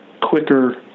quicker